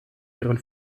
ihren